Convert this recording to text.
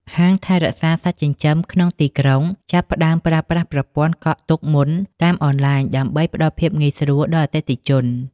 ហាងថែរក្សាសត្វចិញ្ចឹមក្នុងទីក្រុង ចាប់ផ្តើមប្រើប្រាស់ប្រព័ន្ធកក់ទុកមុនតាមអនឡាញ ដើម្បីផ្តល់ភាពងាយស្រួលដល់អតិថិជន។